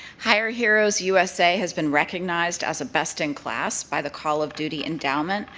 hire heroes usa has been recognized as a best in class by the call of duty endowment,